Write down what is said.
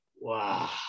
wow